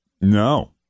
No